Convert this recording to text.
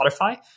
Spotify